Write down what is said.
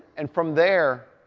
and from there,